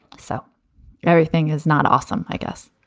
so everything is not awesome, i guess